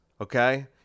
Okay